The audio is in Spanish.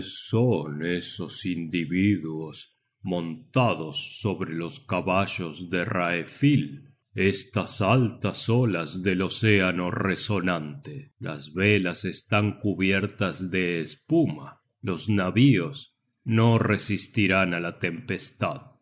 son esos individuos montados sobre los caballos de raefil estas altas olas del océano resonante las velas están cubiertas de espuma los navíos no resistirán á la tempestad